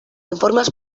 informes